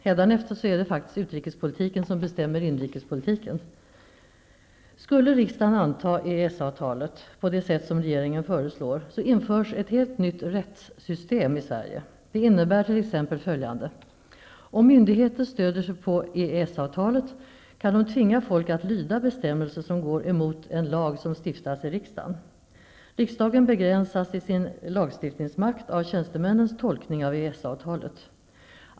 Hädanefter är det faktiskt utrikespolitiken som bestämmer inrikespolitiken. Skulle riksdagen anta EES-avtalet på det sätt som regeringen föreslår, införs ett helt nytt rättssystem i Sverige. Det innebär t.ex. följande. Om myndigheter stöder sig på EES-avtalet, kan de tvinga folk att lyda bestämmelser som går emot en lag som stiftats i riksdagen. Riksdagen begränsas i sin lagstiftningsmakt av tjänstemännens tolkning av EES-avtalet.